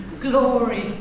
glory